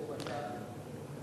בניתוחים אלקטיביים למשל,